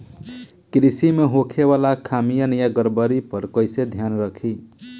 कृषि में होखे वाला खामियन या गड़बड़ी पर कइसे ध्यान रखि?